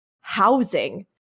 housing